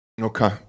Okay